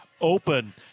open